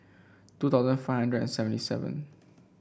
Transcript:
two thousand five hundred and seventy seven